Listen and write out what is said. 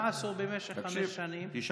דרך